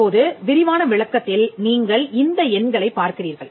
இப்போது விரிவான விளக்கத்தில் நீங்கள் இந்த எண்களைப் பார்க்கிறீர்கள்